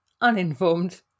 uninformed